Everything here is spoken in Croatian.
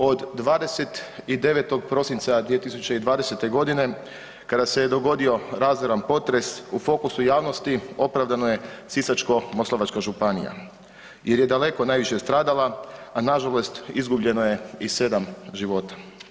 Od 29. prosinca 2020. godine kada se je dogodio razoran potres u fokusu javnosti opravdano je Sisačko-moslavačka županija jer je daleko najviše stradala, a nažalost izgubljeno je i 7 života.